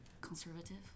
Conservative